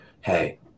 hey